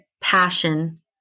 passion